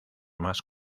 más